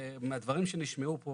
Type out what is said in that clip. מהדברים שנשמעו פה